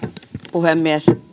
puhemies